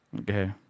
Okay